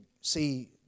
see